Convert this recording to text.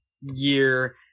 year